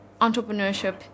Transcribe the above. Entrepreneurship